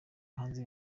hanze